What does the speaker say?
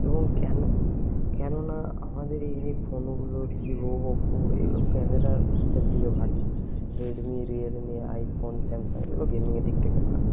এবং কেন কেননা আমাদের এই যে ফোনগুলো ভিভো ওপো এগুলো ক্যামেরার হিসেব দি ভালো রেডমি রিয়েলমি আইফোন স্যামসাং এগুলো গেমিংয়ের দিক থেকে ভালো